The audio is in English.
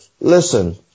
listen